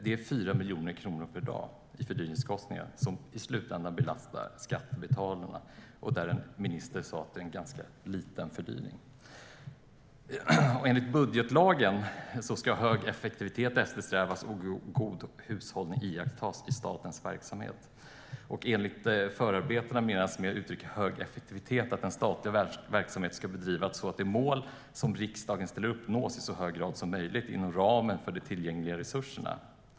Det är 4 miljoner kronor per dag i fördyringskostnader som i slutändan belastar skattebetalarna och som en minister sa var en ganska liten fördyring. Enligt budgetlagen ska hög effektivitet eftersträvas och god hushållning iakttas i statens verksamhet. Enligt förarbetena menas med uttrycket hög effektivitet att den statliga verksamheten ska bedrivas så att de mål som riksdagen ställer upp nås i så hög grad som möjligt inom ramen för de tillgängliga resurserna.